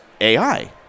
AI